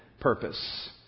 purpose